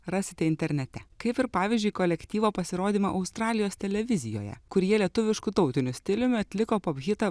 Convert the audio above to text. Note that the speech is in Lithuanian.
rasite internete kaip ir pavyzdžiui kolektyvo pasirodymą australijos televizijoje kur jie lietuvišku tautiniu stiliumi atliko pop hitą